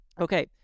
Okay